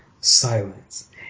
silence